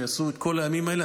שעשו את כל הימים האלה.